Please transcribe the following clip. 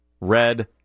Red